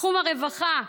בתחום הרווחה,